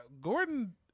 Gordon